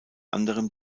anderem